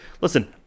listen